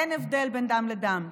אין הבדל בין דם לדם.